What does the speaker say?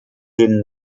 den